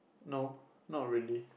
no not really